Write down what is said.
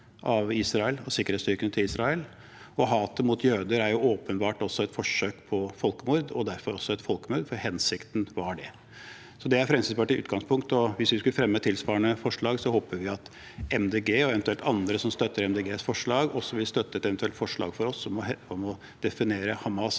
av sikkerhetsstyrkene til Israel. Hatet mot jøder er åpenbart også et forsøk på folkemord og derfor også et folkemord, for hensikten var det. Så dette er Fremskrittspartiets utgangspunkt. Hvis vi skulle fremmet tilsvarende forslag, håper vi at Miljøpartiet De Grønne og eventuelt andre som støtter Miljøpartiet De Grønnes forslag, også ville støttet et eventuelt forslag fra oss om å definere Hamas’ angrep